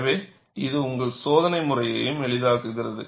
எனவே இது உங்கள் சோதனை முறையையும் எளிதாக்குகிறது